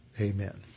Amen